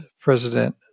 President